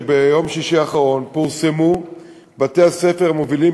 שביום שישי האחרון פורסמו בתי-הספר המובילים